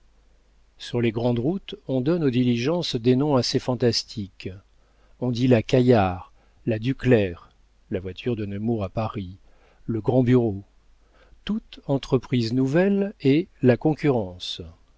sur les grandes routes on donne aux diligences des noms assez fantastiques on dit la caillard la ducler la voiture de nemours à paris le grand bureau toute entreprise nouvelle est la concurrence